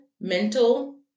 mental